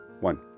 one